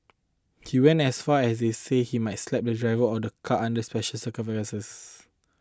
he went as far as he say he might slap the driver of a car under special circumstances